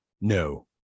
No